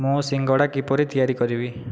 ମୁଁ ସିଙ୍ଗଡ଼ା କିପରି ତିଆରି କରିବି